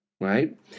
right